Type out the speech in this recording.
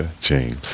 James